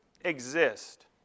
exist